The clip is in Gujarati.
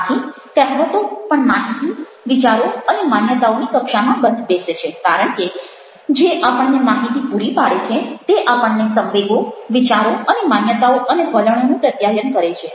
આથી કહેવતો પણ માહિતી વિચારો અને માન્યતાઓની કક્ષામાં બંધ બેસે છે કારણ કે જે આપણને માહિતી પૂરી પાડે છે તે આપણને સંવેગો વિચારો અને માન્યતાઓ અને વલણોનું પ્રત્યાયન કરે છે